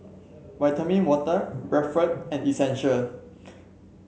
Vitamin Water Bradford and Essential